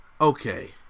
okay